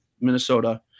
Minnesota